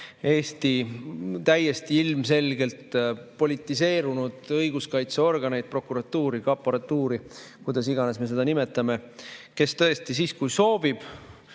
Eesti täiesti ilmselgelt politiseerunud õiguskaitseorganeid, prokuratuuri, kaporatuuri, kuidas iganes me seda nimetame, kes tõesti siis, kui soovib,